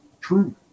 true